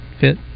fit